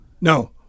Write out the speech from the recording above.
no